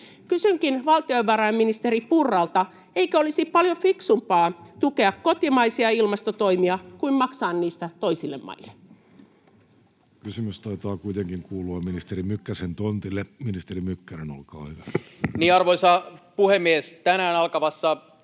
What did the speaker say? Kysynkin valtiovarainministeri Purralta, eikö olisi paljon fiksumpaa tukea kotimaisia ilmastotoimia kuin maksaa niistä toisille maille. Kysymys taitaa kuitenkin kuulua ministeri Mykkäsen tontille. — Ministeri Mykkänen, olkaa hyvä. Arvoisa puhemies! Tänään alkavassa